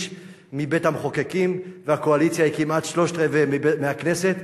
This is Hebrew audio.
מבית-המחוקקים והקואליציה היא כמעט שלושה-רבעים מהכנסת.